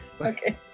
okay